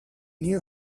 knew